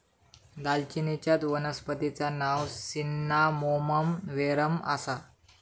दालचिनीचच्या वनस्पतिचा नाव सिन्नामोमम वेरेम आसा